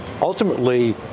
ultimately